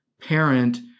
parent